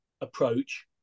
approach